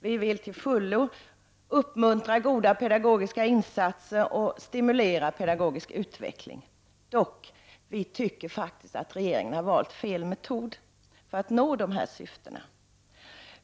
Vi vill till fullo uppmuntra goda pedagogiska insatser och stimulera pedagogisk utveckling. Vi tycker dock att regeringen har valt fel metod för att nå dessa syften.